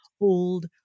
old